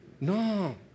No